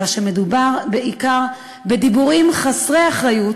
אלא שמדובר בעיקר בדיבורים חסרי אחריות,